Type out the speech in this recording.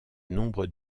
nombre